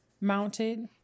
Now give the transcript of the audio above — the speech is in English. Mounted